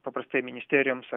paprastai ministerijoms ar